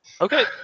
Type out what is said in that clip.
Okay